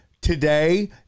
Today